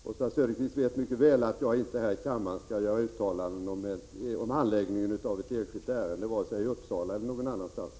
Fru talman! Oswald Söderqvist vet mycket väl att jag inte skall göra uttalanden här i kammaren om handläggningen av ett enskilt ärende vare sig i Uppsala eller någon annanstans.